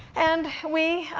and we,